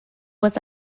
was